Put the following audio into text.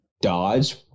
dodge